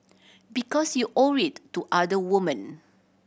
because you owe it to other woman